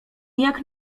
jak